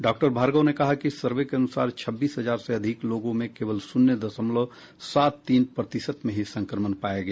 doctor Bhargava ने कहा कि सर्वे के अनुसार छब्बीस हजार से अधिक लोगों में केवल शून्य दशमलव सात तीन प्रतिशत में ही संक्रमण पाया गया